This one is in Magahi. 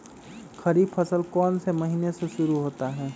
खरीफ फसल कौन में से महीने से शुरू होता है?